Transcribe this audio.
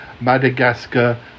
Madagascar